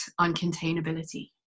uncontainability